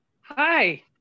Hi